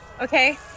Okay